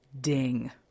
ding